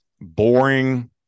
boring